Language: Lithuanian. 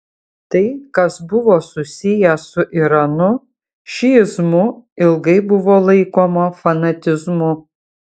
tai kas buvo susiję su iranu šiizmu ilgai buvo laikoma fanatizmu